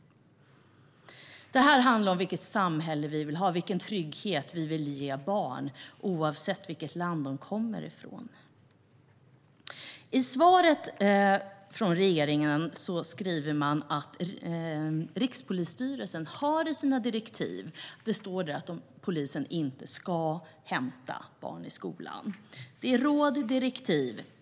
Det här handlar om vilket samhälle vi vill ha och vilken trygghet vi vill ge barn, oavsett vilket land de kommer ifrån. Regeringen skriver i sitt svar att det står i Rikspolisstyrelsens direktiv att polisen inte ska hämta barn i skolan. Det är råd och direktiv.